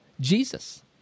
Jesus